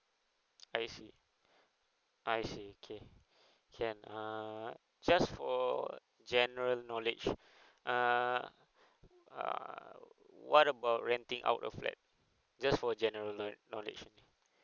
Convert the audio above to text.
I see I see okay can err just for general knowledge err err what about renting out a flat just for general know~ knowledge only